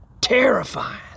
Terrifying